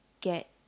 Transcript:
get